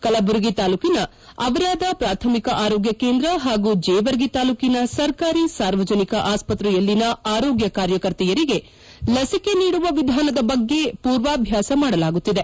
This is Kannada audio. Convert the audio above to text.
ಕಲಬುರಗಿ ತಾಲೂಕಿನ ಅವರಾದ ಪ್ರಾಥಮಿಕ ಆರೋಗ್ಗ ಕೇಂದ್ರ ಹಾಗೂ ಜೇವರ್ಗಿ ತಾಲೂಕಿನ ಸರ್ಕಾರಿ ಸಾರ್ವಜನಿಕ ಆಸ್ವತ್ರೆಯಲ್ಲಿನ ಆರೋಗ್ಯ ಕಾರ್ಯಕರ್ತೆಯರಿಗೆ ಲಸಿಕೆ ನೀಡುವ ವಿಧಾನದ ಬಗ್ಗೆ ಪೂರ್ವಭ್ನಾಸ ಮಾಡಲಾಗುತ್ತಿದೆ